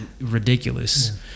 ridiculous